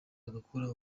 agakora